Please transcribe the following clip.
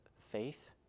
faith